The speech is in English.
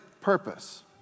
purpose